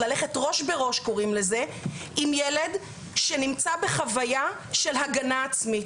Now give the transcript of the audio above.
ללכת ראש בראש קוראים לזה עם ילד שנמצא בחוויה של הגנה עצמית,